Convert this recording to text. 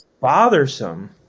bothersome